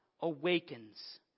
Awakens